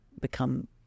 become